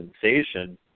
sensation